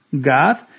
God